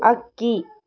ಅಕ್ಕಿ